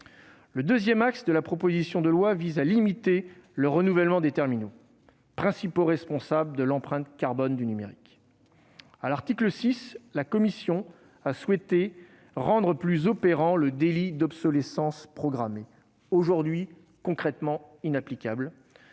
Le deuxième axe de la proposition de loi vise à limiter le renouvellement des terminaux, principaux responsables de l'empreinte carbone du numérique. À l'article 6, la commission a souhaité rendre plus opérant le délit d'obsolescence programmée, aujourd'hui concrètement inapplicable,